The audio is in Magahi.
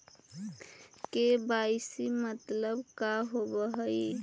के.वाई.सी मतलब का होव हइ?